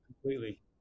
completely